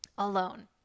alone